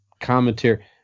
commentary